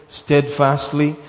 steadfastly